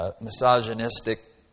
Misogynistic